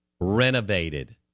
renovated